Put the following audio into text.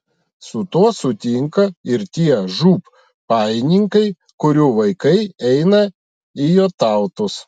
su tuo sutinka ir tie žūb pajininkai kurių vaikai eina į jotautus